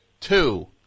Two